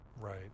Right